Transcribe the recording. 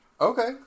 Okay